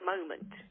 moment